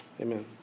Amen